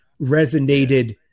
resonated